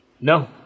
no